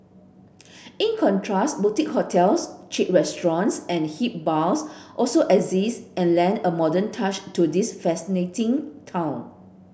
in contrast boutique hotels chic restaurants and hip bars also exist and lend a modern touch to this fascinating town